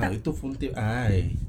ah itu phone tip I